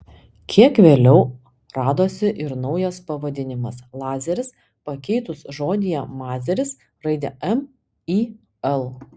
kiek vėliau radosi ir naujas pavadinimas lazeris pakeitus žodyje mazeris raidę m į l